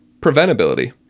Preventability